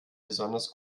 besonders